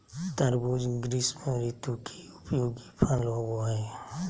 तरबूज़ ग्रीष्म ऋतु के उपयोगी फल होबो हइ